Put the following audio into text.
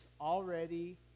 already